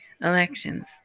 elections